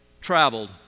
traveled